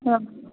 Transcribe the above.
ꯑꯪ